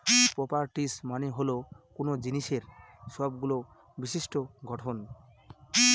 properties মানে হল কোনো জিনিসের সবগুলো বিশিষ্ট্য গঠন